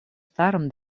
старом